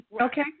Okay